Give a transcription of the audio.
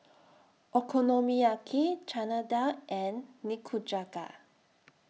Okonomiyaki Chana Dal and Nikujaga